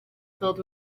filled